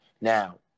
Now